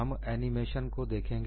हम एनिमेशन को देखेंगे